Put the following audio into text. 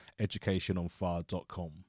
educationonfire.com